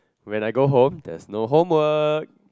when I go home there's no homework